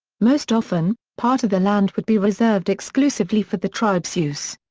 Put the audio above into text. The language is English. most often, part of the land would be reserved exclusively for the tribe's use.